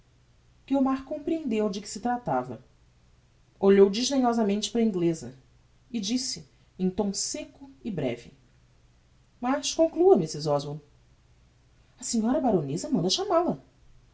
guiomar comprehendeu de que se tratava olhou desdenhosamente para a ingleza e disse em tom secco e breve mas conclua mrs oswald a senhora baroneza manda chamal-a